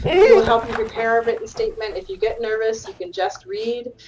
we will help you prepare a written statement. if you get nervous, you can just read.